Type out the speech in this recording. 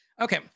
okay